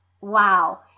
Wow